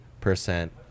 percent